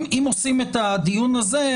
אם עושים את הדיון הזה,